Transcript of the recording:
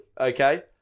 okay